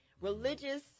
religious